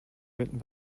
written